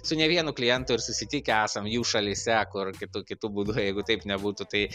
su ne vienu klientu ir susitikę esam jų šalyse kur kitu kitu būdu jeigu taip nebūtų tai